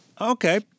Okay